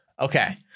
okay